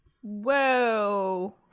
Whoa